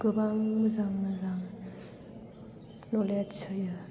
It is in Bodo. गोबां मोजां मोजां न'लेज होयो